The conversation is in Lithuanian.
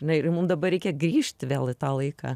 na ir mum dabar reikia grįžt vėl į tą laiką